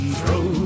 throw